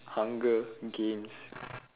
hunger games